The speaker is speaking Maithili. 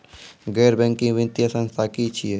गैर बैंकिंग वित्तीय संस्था की छियै?